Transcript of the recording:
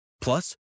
Plus